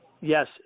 yes